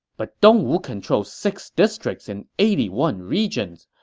but dongwu controls six districts and eighty one regions.